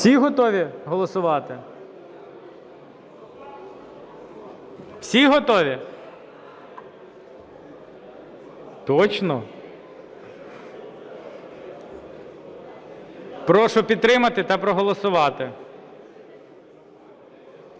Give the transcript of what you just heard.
Всі готові голосувати?